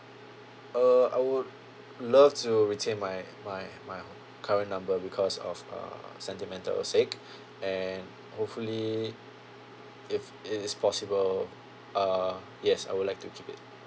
uh I would love to retain my my my current number because of uh sentimental sake and hopefully if it is possible uh yes I would like to keep it